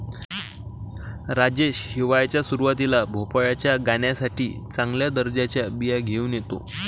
राजेश हिवाळ्याच्या सुरुवातीला भोपळ्याच्या गाण्यासाठी चांगल्या दर्जाच्या बिया घेऊन येतो